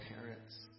parents